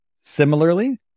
Similarly